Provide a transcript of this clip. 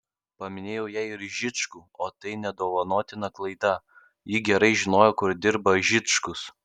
paminėjau jai ir žičkų o tai nedovanotina klaida ji gerai žino kur dirba žičkus